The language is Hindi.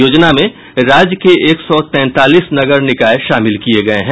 योजना में राज्य के एक सौ तैंतालीस नगर निकाय शामिल किये गये हैं